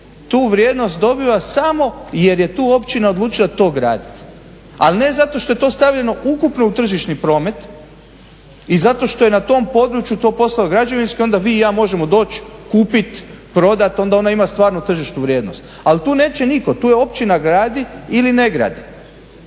tu vrijednost dobiva samo jer je tu općina odlučila to graditi. Ali ne zato što je to stavljeno ukupno u tržišni promet i zato što je na tom području to postalo građevinsko i onda i vi i ja možemo doći, kupit, prodat, onda ona ima stvarnu tržišnu vrijednost. Ali tu neće nitko. Tu općina gradi ili ne gradi